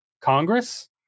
Congress